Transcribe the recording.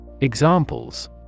Examples